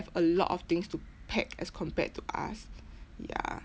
a lot of things to pack as compared to us ya